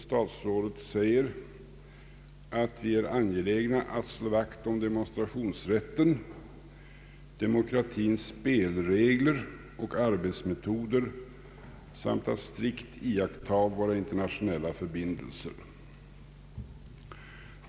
Statsrådet sade där att vi är angelägna om att slå vakt om demonstrationsrätten, demokratins spelregler och arbetsmetoder samt att strikt iaktta våra internationella förbindelser.